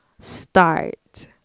Start